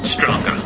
Stronger